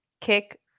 kick